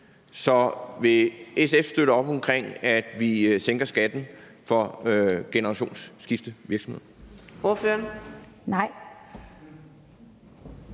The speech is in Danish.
Vil SF støtte op omkring, at vi sænker skatten for generationsskiftevirksomheder?